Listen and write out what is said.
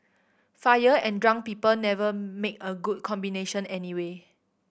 fire and drunk people never make a good combination anyway